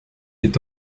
est